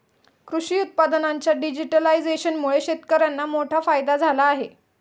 कृषी उत्पादनांच्या डिजिटलायझेशनमुळे शेतकर्यांना मोठा फायदा झाला आहे